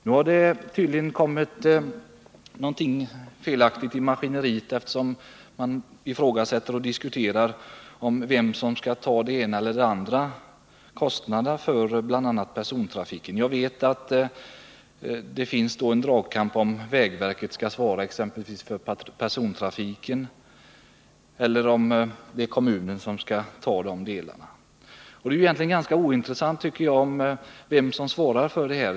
Nu har det tydligen kommit grus i maskineriet, eftersom man diskuterar vem som skall ta den ena eller den andra kostnaden för bl.a. persontrafiken. Jag vet att det förekommer en dragkamp — om det är vägverket som skall svara för persontrafiken eller om det är kommunen. Det är egentligen ganska ointressant, tycker jag, vem som svarar för detta.